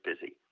busy